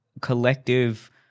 collective